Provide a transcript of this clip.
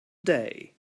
day